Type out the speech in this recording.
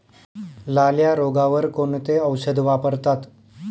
लाल्या रोगावर कोणते औषध वापरतात?